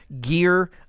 gear